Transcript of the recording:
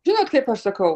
žinot kaip aš sakau